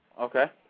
Okay